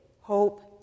hope